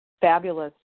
fabulous